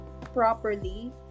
properly